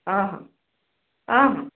आहां आहां